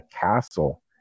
castle